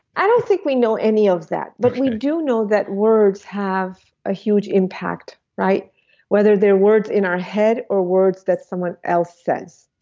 i don't think we know any of that, but we do know that words have a huge impact whether they're words in our head or words that someone else says.